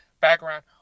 background